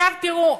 תראו,